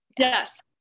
Yes